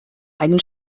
einen